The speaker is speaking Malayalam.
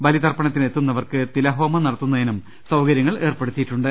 ബലി തർപ്പണത്തിനെത്തുന്നവർക്ക് തിലഹോമം നടത്തുന്നതിനും സൌക രൃങ്ങൾ ഏർപ്പെടുത്തിയിട്ടുണ്ട്